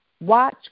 watch